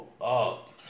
up